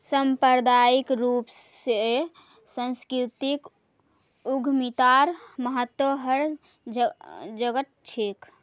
सांप्रदायिक रूप स सांस्कृतिक उद्यमितार महत्व हर जघट छेक